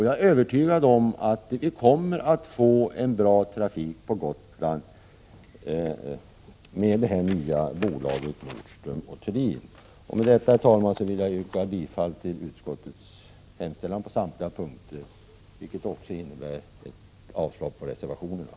Jag är övertygad om att vi kommer att få en bra trafik på Gotland med det nya bolaget, Nordström & Thulin. Med detta, herr talman, vill jag yrka bifall till utskottets hemställan på samtliga punkter, vilket alltså innebär avslag på reservationerna.